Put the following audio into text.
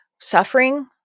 suffering